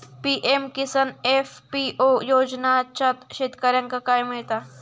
PM Kisan FPO योजनाच्यात शेतकऱ्यांका काय मिळता?